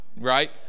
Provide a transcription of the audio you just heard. right